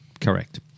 Correct